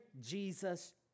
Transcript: Jesus